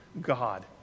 God